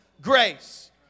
grace